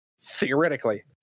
Theoretically